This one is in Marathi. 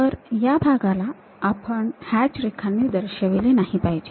तर या भागाला आपण हॅच रेखांनी दर्शविले नाही पाहिजे